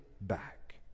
back